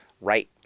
right